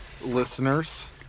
listeners